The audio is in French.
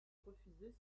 refuser